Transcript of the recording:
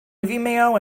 vimeo